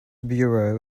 bureau